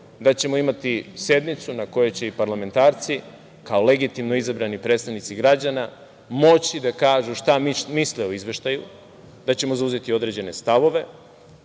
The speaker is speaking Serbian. da ćemo imati i sednicu na kojoj će i parlamentarci, kao legitimno izabrani predstavnici građana, moći da kažu šta misle o izveštaju, da ćemo zauzeti određene stavove.